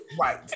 right